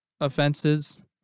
offenses